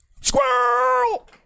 Squirrel